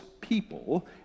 people